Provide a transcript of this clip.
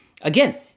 again—